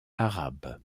arabe